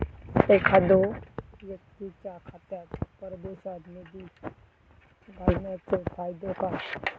एखादो व्यक्तीच्या खात्यात परदेशात निधी घालन्याचो फायदो काय?